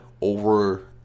over